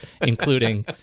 including